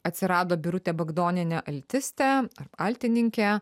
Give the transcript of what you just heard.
atsirado birutė bagdonienė altistė altininkė